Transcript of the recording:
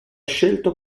scelto